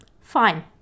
fine